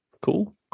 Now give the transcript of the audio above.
Cool